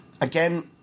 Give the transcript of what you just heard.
again